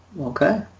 Okay